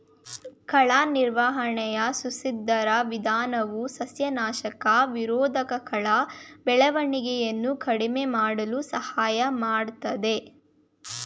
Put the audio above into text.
ಕಳೆ ನಿರ್ವಹಣೆಯ ಸುಸ್ಥಿರ ವಿಧಾನವು ಸಸ್ಯನಾಶಕ ನಿರೋಧಕಕಳೆ ಬೆಳವಣಿಗೆಯನ್ನು ಕಡಿಮೆ ಮಾಡಲು ಸಹಾಯ ಮಾಡ್ತದೆ